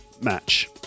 match